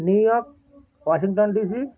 new York Washington D C